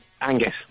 Angus